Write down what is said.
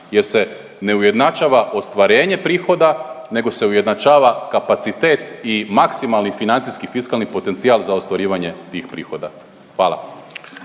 jer se neujednačava ostvarenje prihoda, nego se ujednačava kapacitet i maksimalni financijski fiskalni potencijal za ostvarivanje tih prihoda. Hvala.